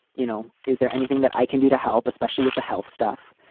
you know, is there anything that i can do to help, especially with the health stuff?